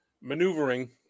maneuvering